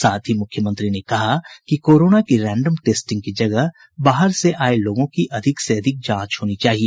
साथ ही मुख्यमंत्री ने कहा कि कोरोना की रैंडम टेस्टिंग की जगह बाहर से आये लोगों की अधिक से अधिक जांच होनी चाहिए